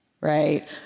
right